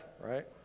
right